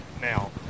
Now